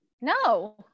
no